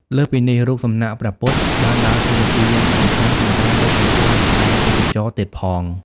លើសពីនេះ រូបសំណាកព្រះពុទ្ធបានដើរតួនាទីយ៉ាងសំខាន់ក្នុងការលើកកម្ពស់វិស័យទេសចរណ៍ទៀតផង។